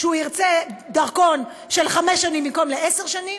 שהוא ירצה דרכון לחמש שנים במקום לעשר שנים,